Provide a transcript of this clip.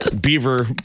Beaver